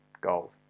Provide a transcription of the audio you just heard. goals